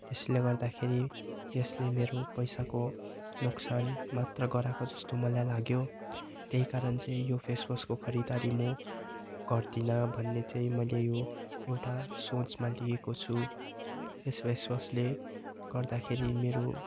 त्यसले गर्दाखेरि यसले मेरो पैसाको नोक्सान मात्र गराएको जस्तो मलाई लाग्यो त्यहीकारण चाहिँ यो फेसवासको खरिदारी म गर्दिनँ भन्ने चाहिँ मैले यो एउटा सोचमा लिएको छु यस फेसवासले गर्दाखेरि मेरो